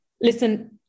listen